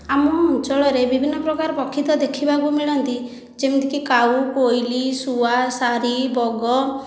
ଆମ ଅଞ୍ଚଳରେ ବିଭିନ୍ନ ପ୍ରକାର ପକ୍ଷୀ ତ ଦେଖିବାକୁ ମିଳନ୍ତି ଯେମିତି କି କାଉ କୋଇଲି ଶୁଆ ସାରି ବଗ